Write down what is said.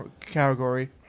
category